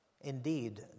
indeed